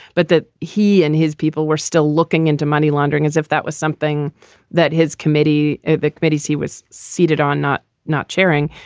but that he and his people were still looking into money laundering as if that was something that his committee, medici was seated on, not not chairing.